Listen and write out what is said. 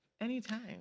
Anytime